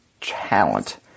talent